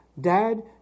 Dad